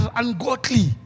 ungodly